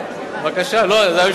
בבתי-כנסת זה כבר קיים.